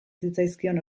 zitzaizkion